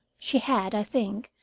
she had, i think,